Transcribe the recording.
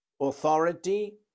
authority